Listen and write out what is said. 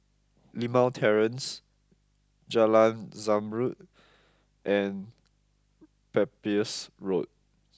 Limau Terrace Jalan Zamrud and Pepys Road